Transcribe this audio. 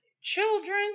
children